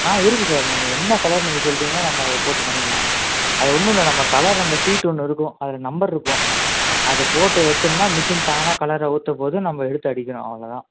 ஆ இருக்கு சார் நம்ம என்ன கலர் நீங்கள் சொல்லுறிங்களோ நம்ம அதை போட்டு பண்ணிக்கலாம் அது ஒன்றுல்ல நம்ம கலர் அந்த சீட்டு ஒன்று இருக்கும் அதில் நம்பர் இருக்கும் அதுபோட்டு வச்சோம்னா மிஷின் தானா கலரை ஊற்றும்போது நம்ம எடுத்து அடிக்கணும் அவ்வளோ தான்